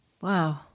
Wow